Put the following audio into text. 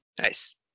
Nice